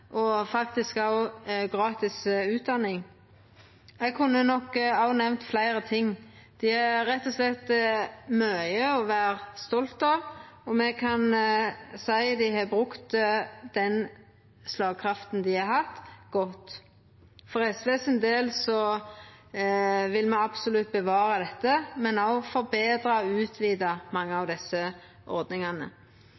og faktisk òg gratis utdanning. Eg kunne nok nemnd fleire ting. Dei har rett og slett mykje å vera stolte av, og me kan seia at dei har brukt den slagkrafta dei har hatt, godt. For SVs del vil me absolutt bevara dette, men òg forbetra og utvida mange